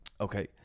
Okay